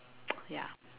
ya